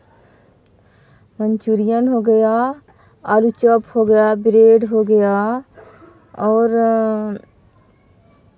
मनचूरियन हो गया आलू चॉप हो गया ब्रेड हो गया और